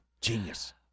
Genius